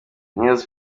nils